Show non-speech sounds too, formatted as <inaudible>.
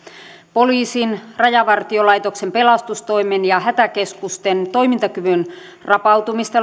poliisin rajavartiolaitoksen pelastustoimen ja hätäkeskusten toimintakyvyn rapautumista <unintelligible>